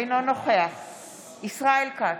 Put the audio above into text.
אינו נוכח ישראל כץ,